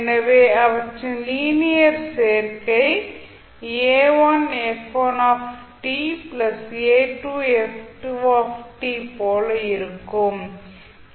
எனவே அவற்றின் லீனியர் சேர்க்கை போல இருக்கும்